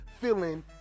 feeling